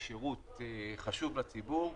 בשירות חשוב לציבור.